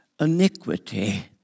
iniquity